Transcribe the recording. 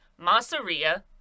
Masseria